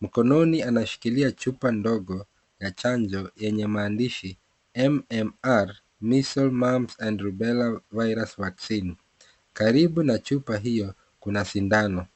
Mkononi anashikilia chupa ndogo ya chanjo yenye maandishi mmr measule, mamps and rubela virus vaccine. Karibu na chupa hiyo kuna sindano.